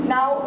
Now